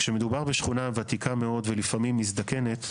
כשמדובר בשכונה ותיקה מאוד ולפעמים מזדקנת,